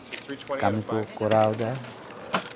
ᱠᱟᱹᱢᱤ ᱠᱚ ᱠᱚᱨᱟᱣ ᱮᱫᱟ